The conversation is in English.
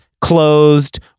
closed